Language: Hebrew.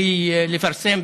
בלי לפרסם,